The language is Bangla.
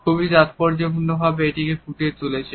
খুব তাৎপর্যপূর্ণভাবে এটিকে ফুটিয়ে তুলেছে